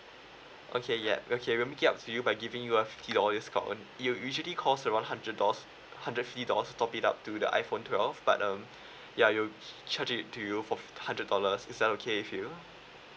okay yup okay we'll make it up to you by giving you a fifty dollars discount you usually cost around hundred dollars hundred fifty dollars to top it up to the iphone twelve but um ya we'll charge it to you for hundred dollars is that okay with you